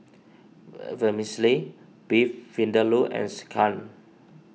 Vermicelli Beef Vindaloo and Sekihan